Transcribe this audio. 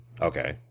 Okay